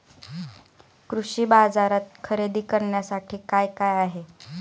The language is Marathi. कृषी बाजारात खरेदी करण्यासाठी काय काय आहे?